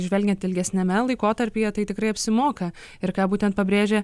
žvelgiant ilgesniame laikotarpyje tai tikrai apsimoka ir ką būtent pabrėžia